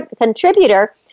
contributor